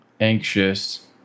anxious